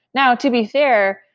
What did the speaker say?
now to be fair,